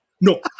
No